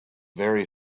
very